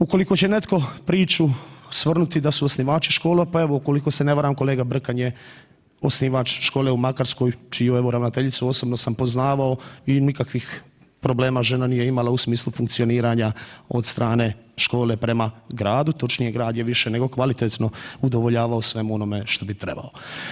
Ukoliko će netko priču svrnuti da su osnivači škola, pa evo ukoliko se ne varam kolega Brkan je osnivač škole u Makarskoj čiju evo ravnateljicu osobno sam poznavao i nikakvih problema žena nije imala u smislu funkcioniranja od strane škole prema gradu, točnije grad je više nego kvalitetno udovoljavao svemu onome što bi trebao.